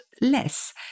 less